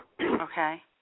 Okay